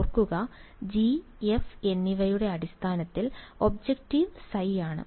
ഓർക്കുക G f എന്നിവയുടെ അടിസ്ഥാനത്തിൽ ഒബ്ജക്റ്റീവ് ϕ ആണ്